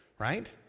Right